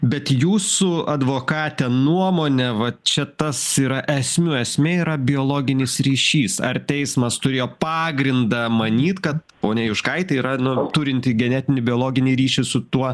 bet jūsų advokate nuomone va čia tas yra esmių esmė yra biologinis ryšys ar teismas turėjo pagrindą manyt kad ponia juškaitė yra nu turinti genetinį biologinį ryšį su tuo